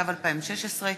התשע"ו 2016,